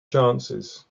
chances